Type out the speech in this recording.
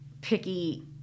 picky